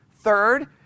Third